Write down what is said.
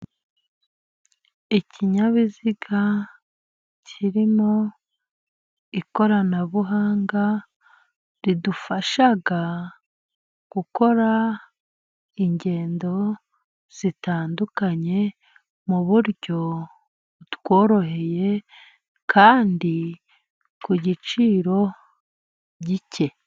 Ikinyabiziga kirimo ikoranabuhanga ridufasha gukora ingendo zitandukanye, mu buryo butworoheye kandi ku giciro gike.